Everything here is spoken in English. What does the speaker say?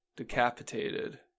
decapitated